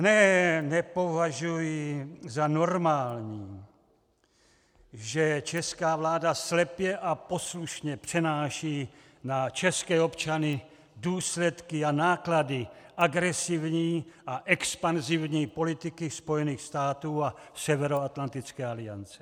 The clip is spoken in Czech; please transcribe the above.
Ne, nepovažuji za normální, že česká vláda slepě a poslušně přenáší na české občany důsledky a náklady agresivní a expanzivní politiky Spojených států a Severoatlantické aliance.